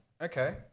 Okay